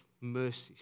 mercies